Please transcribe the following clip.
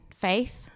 faith